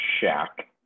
shack